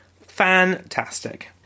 fantastic